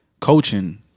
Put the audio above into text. Coaching